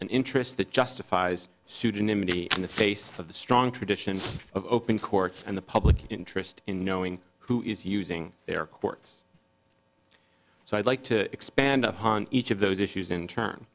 an interest that justifies pseudonymity in the face of the strong tradition of open courts and the public interest in knowing who is using their courts so i'd like to expand upon each of those issues in turn